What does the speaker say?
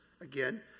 again